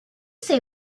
say